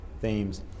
themes